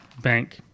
bank